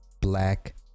black